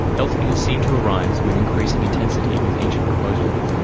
health fears seem to arise with increasing intensity with each proposal.